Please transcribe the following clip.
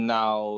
now